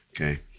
Okay